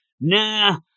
Nah